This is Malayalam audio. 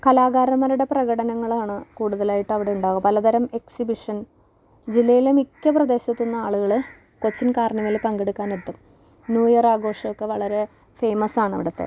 കലാകാരന്മാരുടെ പ്രകടനങ്ങളാണ് കൂടുതലായിട്ട് അവിടെ ഉണ്ടാവുക പലതരം എക്സിബിഷൻ ജില്ലയിലെ മിക്ക പ്രദേശത്ത് നിന്നും ആളുകള് കൊച്ചിൻ കാർണിവൽ പങ്കെടുക്കാനെത്തും ന്യൂ ഇയർ ആഘോഷമൊക്കെ വളരെ ഫേമസാണ് അവിടുത്തെ